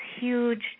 huge